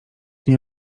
nie